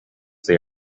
they